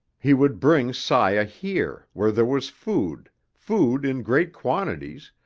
he would bring saya here, where there was food, food in great quantities,